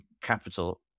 capital